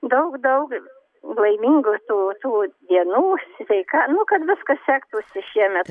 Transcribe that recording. daug daug laimingų tų tų dienų sveika nu kad viskas sektųsi šiemet